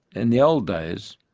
in the old days,